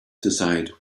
decide